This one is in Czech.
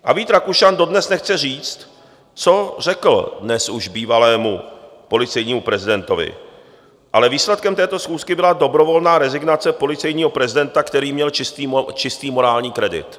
A Vít Rakušan dodnes nechce říct, co řekl dnes už bývalému policejnímu prezidentovi, ale výsledkem této schůzky byla dobrovolná rezignace policejního prezidenta, který měl čistý morální kredit.